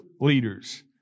leaders